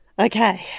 Okay